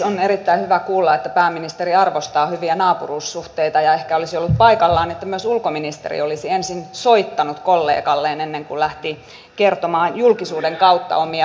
on erittäin hyvä kuulla että pääministeri arvostaa hyviä naapuruussuhteita ja ehkä olisi ollut paikallaan että myös ulkoministeri olisi ensin soittanut kollegalleen ennen kuin lähti kertomaan julkisuuden kautta omia mielipiteitään